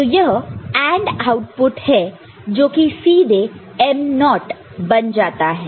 तो यह AND output है जो कि सीधे m0 बन जाता है